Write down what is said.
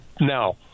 Now